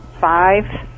five